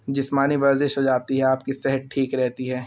جسمانی ورزش ہو جاتی ہے آپ کی صحت ٹھیک رہتی ہے